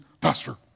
Pastor